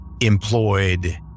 employed